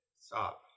Stop